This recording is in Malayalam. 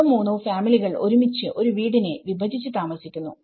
രണ്ടോ മൂന്നോ ഫാമിലി കൾ ഒരുമിച്ച് ഒരു വീടിനെ വിഭജിച്ചു താമസിക്കുന്നു